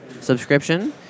subscription